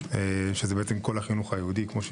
שזה כל החינוך היהודי.